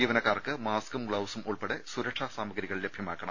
ജീവനക്കാർക്ക് മാസ്ക്കും ഗ്ലൌസും ഉൾപ്പെടെ സുരക്ഷാ സാമഗ്രികൾ ലഭ്യമാക്കണം